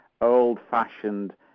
old-fashioned